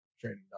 training